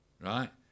right